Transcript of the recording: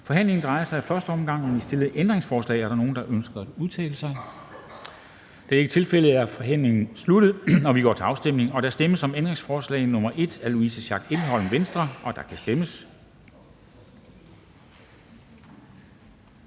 Forhandlingen drejer sig i første omgang om de stillede ændringsforslag. Er der nogen, der ønsker at udtale sig? Da det ikke er tilfældet, er forhandlingen sluttet, og vi går til afstemning. Kl. 12:10 Afstemning Formanden (Henrik Dam Kristensen): Der stemmes